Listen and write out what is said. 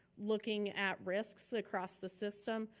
looking at risks across the system,